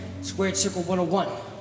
SquaredCircle101